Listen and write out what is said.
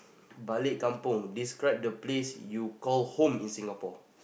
balik-kampung describe the place you call home in Singapore